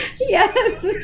Yes